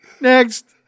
next